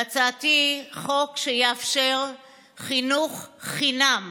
הצעתי: חוק שיאפשר חינוך חינם